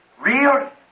real